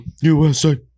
USA